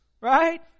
right